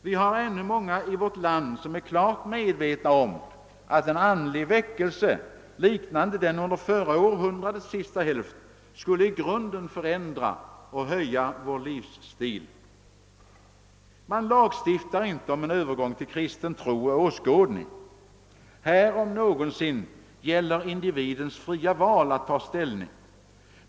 Vi har ännu många i vårt land som är klart medvetna om att en andlig väckelse, liknande den under förra århundradets sista hälft, skulle i grunden förändra och höja vår livsstil. Man lagstiftar inte om en övergång till kristen tro och åskådning. Här om någonsin gäller individens fria val.